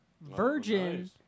virgin